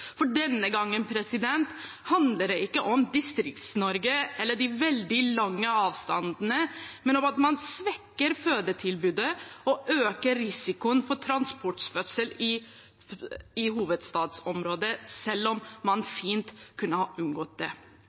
Denne gangen handler det ikke om Distrikts-Norge eller om de veldig lange avstandene, men om at man svekker fødetilbudet og øker risikoen for transportfødsel i hovedstadsområdet, selv om man fint kunne ha unngått det.